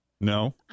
No